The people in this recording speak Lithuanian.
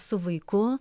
su vaiku